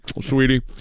sweetie